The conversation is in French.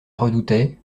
redoutait